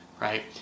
right